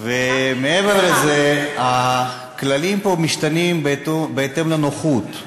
צודק, ומעבר לזה, הכללים פה משתנים בהתאם לנוחות,